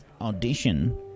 audition